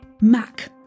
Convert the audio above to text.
Mac